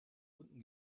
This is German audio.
unten